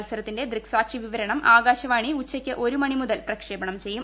മത്സരത്തിന്റെ ദൃക്ഷിസാക്ഷി വിവരണം ആകാശവാണി ഉച്ചയ്ക്ക് ഒരു മണിമുതൽ പ്രക്ഷേപണം ചെയ്യും